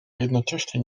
jednocześnie